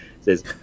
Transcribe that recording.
says